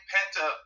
Penta